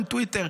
אין טוויטר.